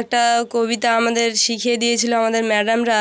একটা কবিতা আমাদের শিখিয়ে দিয়েছিলো আমাদের ম্যাডামরা